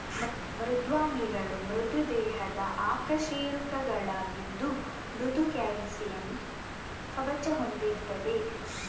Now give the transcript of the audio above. ಮೃದ್ವಂಗಿಗಳು ಮೃದು ದೇಹದ ಅಕಶೇರುಕಗಳಾಗಿದ್ದು ಮೃದು ಕ್ಯಾಲ್ಸಿಯಂ ಕವಚ ಹೊಂದಿರ್ತದೆ